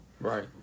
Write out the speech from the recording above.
Right